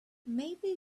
maybe